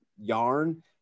yarn